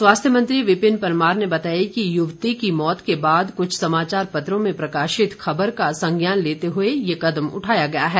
स्वास्थ्य मंत्री विपिन परमार ने बताया कि युवती की मौत के बाद कृछ समाचार पत्रों में प्रकाशित खबर का संज्ञान लेते हुए ये कदम उठाया गया है